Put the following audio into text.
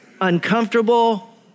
uncomfortable